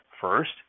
First